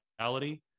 reality